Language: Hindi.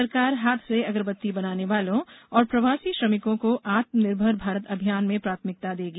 सरकार हाथ से अगरबत्ती बनाने वालों और प्रवासी श्रमिकों को आत्म निर्भर भारत अभियान में प्राथमिकता देगी